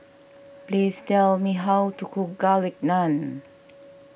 please tell me how to cook Garlic Naan